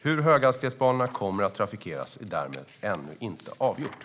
Hur höghastighetsbanorna kommer att trafikeras är därmed ännu inte avgjort.